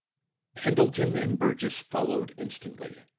pendleton and burgess followed instantly.